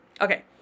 Okay